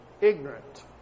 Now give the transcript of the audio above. ignorant